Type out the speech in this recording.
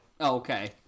okay